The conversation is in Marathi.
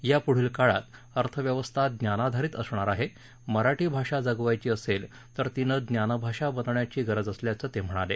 यापुढील काळात अर्थव्यवस्था ज्ञानाधारित असणार आहे मराठी भाषा जगवायची असेल तर तिनं ज्ञानभाषा बनण्याची गरज असल्याचं ते म्हणाले